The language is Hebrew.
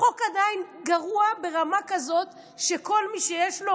החוק עדיין גרוע ברמה כזאת שכל מי שיש לו